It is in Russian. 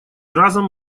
разом